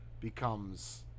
becomes